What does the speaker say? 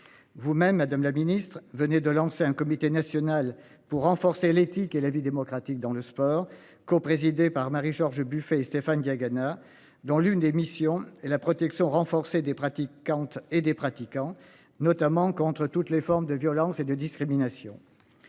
Vous-même Madame la Ministre venait de lancer un comité national pour renforcer l'éthique et la vie démocratique dans le sport co- présidée par Marie-George Buffet, Stéphane Diagana dans l'une des missions et la protection renforcée des pratiques 40 et des pratiquants, notamment contre toutes les formes de violence et de discrimination.